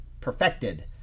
perfected